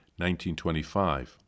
1925